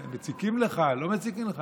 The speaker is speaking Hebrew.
מציקים לך, לא מציקים לך?